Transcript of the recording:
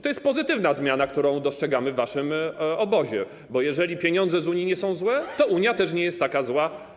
To jest pozytywna zmiana, którą dostrzegamy w waszym obozie, bo jeżeli pieniądze z Unii nie są złe, to Unia też nie jest taka zła.